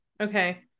Okay